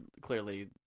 clearly